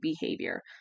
behavior